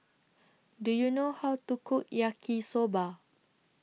Do YOU know How to Cook Yaki Soba